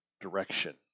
direction